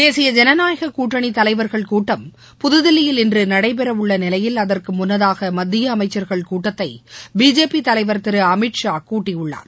தேசிய ஜனநாயகக் கூட்டணித்தலைவர்கள் கூட்டம் புதுதில்லியில் இன்று நடைபெறவுள்ள நிலையில் அதற்கு முள்ளதாக மத்திய அமைச்சர்கள் கூட்டத்தை பிஜேபி தலைவர் திரு அமித்ஷா கூட்டியுள்ளார்